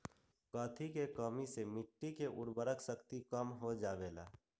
कथी के कमी से मिट्टी के उर्वरक शक्ति कम हो जावेलाई?